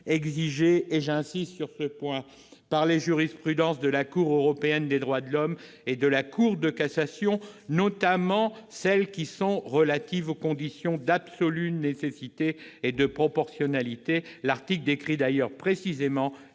toutes les garanties exigées par les jurisprudences de la Cour européenne des droits de l'homme et de la Cour de cassation, notamment celles qui sont relatives aux conditions d'absolue nécessité et de proportionnalité. L'article décrit d'ailleurs précisément